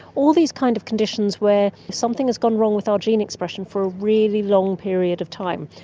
all these kind of conditions where something has gone wrong with our gene expression for a really long period of time.